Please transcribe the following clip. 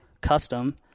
custom